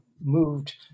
moved